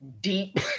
deep